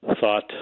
thought